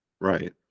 right